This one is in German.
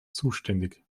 zuständig